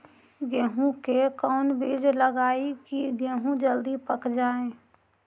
गेंहू के कोन बिज लगाई कि गेहूं जल्दी पक जाए?